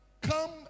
Come